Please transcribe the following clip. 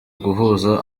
guhuza